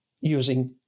using